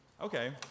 Okay